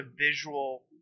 visual